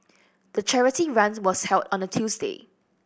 the charity run was held on a Tuesday